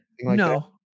No